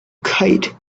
kite